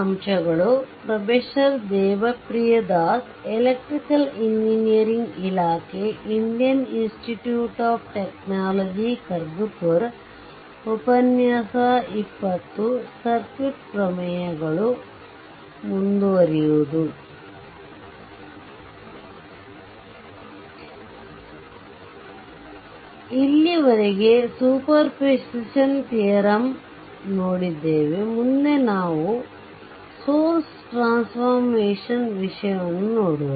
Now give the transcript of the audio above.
ಆದ್ದರಿಂದ ಇಲ್ಲಿಯವರೆಗೆ superposition ತಿಯರಮ್ನೋಡಿದ್ದೇವೆ ಮುಂದೆ ನಾವು ಸೋರ್ಸ್ ಟ್ರಾನ್ಸಫಾರ್ಮೇಷನ್ ವಿಷಯವನ್ನು ನೋಡುವ